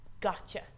gotcha